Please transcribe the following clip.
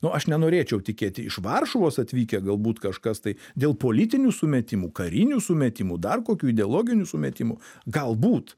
nu aš nenorėčiau tikėti iš varšuvos atvykę galbūt kažkas tai dėl politinių sumetimų karinių sumetimų dar kokių ideologinių sumetimų galbūt